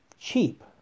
cheap